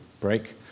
break